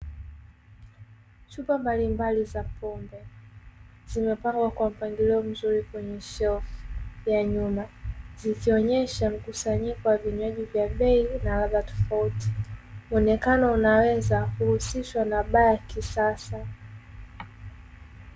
Chupa mbali mbali za pombe zimepangwa kwa mpangilio mzuri kwenye shelfu ya nyuma zikionesha mkusanyiko wa vinywaji bei na radha tofauti muonekano unaweza kuhusishwa na baa ya kisasa.